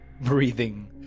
breathing